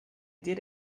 did